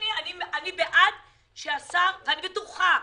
אתה בא אליי בטענות?